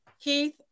Keith